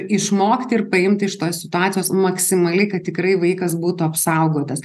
išmokti ir paimti iš tos situacijos maksimaliai kad tikrai vaikas būtų apsaugotas